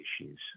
issues